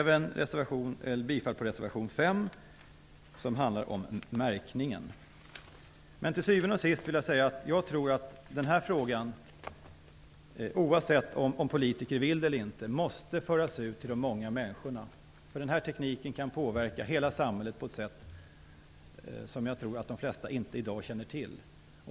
Jag yrkar även bifall till reservation 5, som handlar om märkningen. Till syvende och sist vill jag säga att jag tror att denna fråga, oavsett om politiker vill det eller inte, måste föras ut till de många människorna. Denna teknik kan påverka hela samhället på ett sätt som jag tror att de flesta i dag inte känner till.